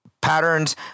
patterns